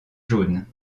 jaunes